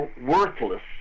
worthless